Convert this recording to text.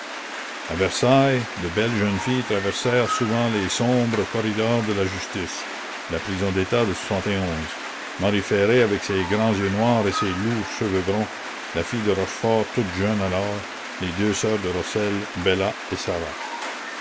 versailles de belles jeunes filles traversèrent souvent les sombres corridors de la justice la prison d'état de arie erré avec ses grands yeux noirs et ses lourds cheveux bruns la fille de rochefort toute jeune alors les deux sœurs de rossel bella et sarah